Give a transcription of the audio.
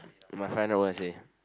you might find out what I say